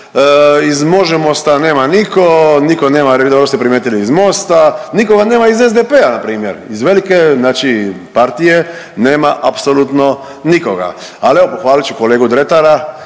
Iz MOŽEMOST-a nema nitko, nitko nema dobro ste primijetili iz MOST-a, nikoga nema iz SDP-a na primjer. Iz velike znači partije nema apsolutno nikoga. Ali evo pohvalit ću kolegu Dretara